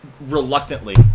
reluctantly